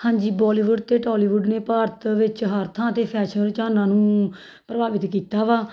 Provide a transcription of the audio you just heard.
ਹਾਂਜੀ ਬੋਲੀਵੁੱਡ ਅਤੇ ਟੋਲੀਵੁੱਡ ਨੇ ਭਾਰਤ ਵਿੱਚ ਹਰ ਥਾਂ 'ਤੇ ਫੈਸ਼ਨ ਰੁਝਾਨਾਂ ਨੂੰ ਪ੍ਰਭਾਵਿਤ ਕੀਤਾ ਵਾ